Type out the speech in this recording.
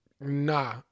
nah